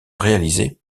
réalisé